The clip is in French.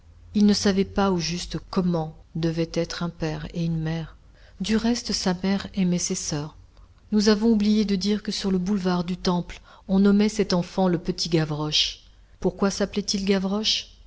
il ne savait pas au juste comment devaient être un père et une mère du reste sa mère aimait ses soeurs nous avons oublié de dire que sur le boulevard du temple on nommait cet enfant le petit gavroche pourquoi sappelait il gavroche